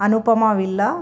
Anupama villa